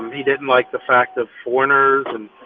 he didn't like the fact of foreigners and,